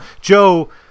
Joe